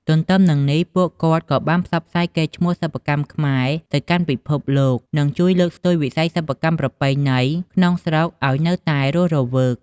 ទទ្ទឹមនឹងនេះ ពួកគាត់ក៏បានផ្សព្វផ្សាយកេរ្តិ៍ឈ្មោះសិប្បកម្មខ្មែរទៅកាន់ពិភពលោក និងជួយលើកស្ទួយវិស័យសិប្បកម្មប្រពៃណីក្នុងស្រុកឱ្យនៅតែរស់រវើក។